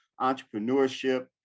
entrepreneurship